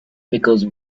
because